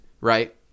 right